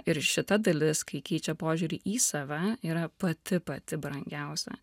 ir šita dalis kai keičia požiūrį į save yra pati pati brangiausia